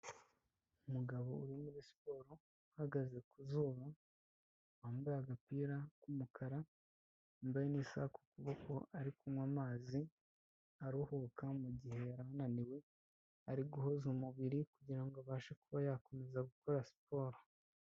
Umugabo uri muri siporo uhagaze ku zuba, wambaye agapira k'umukara, wambaye n'isaha ku kuboko ari kunywa amazi aruhuka mu mugihe yari ananiwe, ari guhoza umubiri kugira ngo abashe kuba yakomeza gukora siporo.